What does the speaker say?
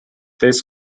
this